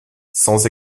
sans